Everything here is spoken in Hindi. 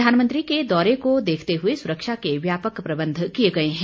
प्रधानमंत्री के दौरे को देखते हुए सुरक्षा के व्यापक प्रबंध किये गए हैं